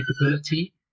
capability